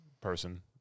person